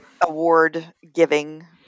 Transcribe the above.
award-giving